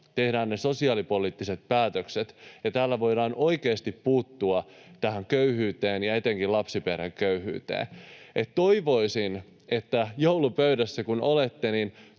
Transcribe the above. tehdään ne sosiaalipoliittiset päätökset ja täällä voidaan oikeasti puuttua tähän köyhyyteen ja etenkin lapsiperheköyhyyteen, joten toivoisin, että kun joulupöydässä olette,